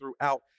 throughout